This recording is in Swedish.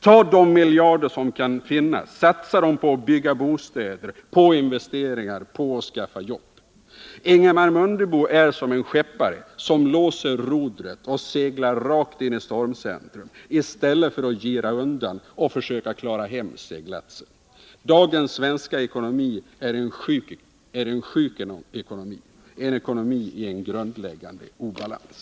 Ta de miljarder som kan finnas och satsa dem på att bygga bostäder, på investeringar och på att skaffa jobb. Ingemar Mundebo är som en skeppare som låser rodret och seglar rakt in i stormcentrum i stället för att gira undan och försöka klara hem seglatsen. Dagens svenska ekonomi är en sjuk ekonomi, en ekonomi i en grundläggande obalans.